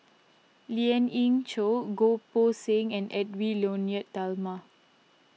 Lien Ying Chow Goh Poh Seng and Edwy Lyonet Talma